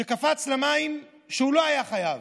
שקפץ למים כשהוא לא היה חייב.